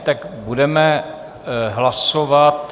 Tak budeme hlasovat.